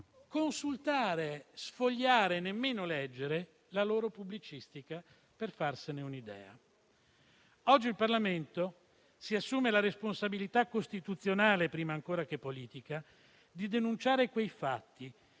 consultare, sfogliare, nemmeno leggere, la loro pubblicistica per farsene un'idea. Oggi il Parlamento si assume la responsabilità costituzionale, prima ancora che politica, di denunciare quei fatti